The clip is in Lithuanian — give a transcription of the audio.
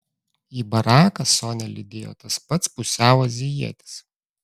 į baraką sonią lydėjo tas pats pusiau azijietis